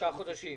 שלושה חודשים